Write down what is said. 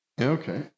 okay